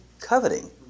Coveting